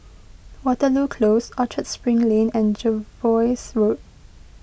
Waterloo Close Orchard Spring Lane and Jervois Road